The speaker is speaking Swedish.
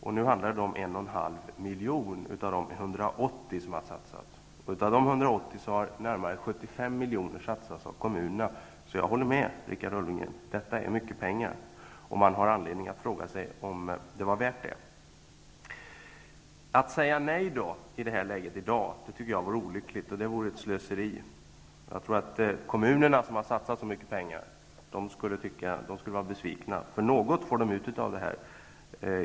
Det handlar här om 1,5 milj.kr. av de 180 milj.kr. som har satsats. Av dessa 180 milj.kr. har närmare 75 milj.kr. satsats av kommunerna. Jag håller med Richard Ulfvengren om att det rör sig om mycket pengar. Man har anledning att fråga sig om det var värt pengarna. Att i dag säga nej till folk och bostadsräkningen vore olyckligt och ett slöseri. Jag tror att kommunerna, som har satsat så mycket pengar, skulle bli besvikna. De får ändå ut något av folkoch bostadsräkningen.